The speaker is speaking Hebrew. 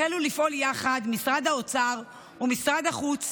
החלו לפעול יחד משרד האוצר ומשרד החוץ